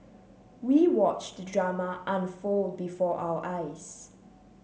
we watched the drama unfold before our eyes